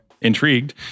intrigued